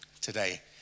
today